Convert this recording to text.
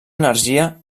energia